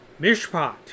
Mishpat